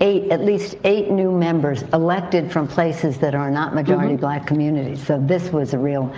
eight, at least eight, new members elected from places that are not majority-black communities. so this was a real